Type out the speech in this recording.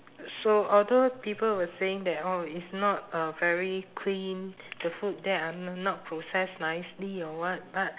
so although people were saying that oh it's not uh very clean the food there are n~ not processed nicely or what but